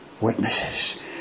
witnesses